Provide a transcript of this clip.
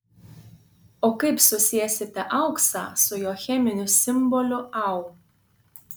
o kaip susiesite auksą su jo cheminiu simboliu au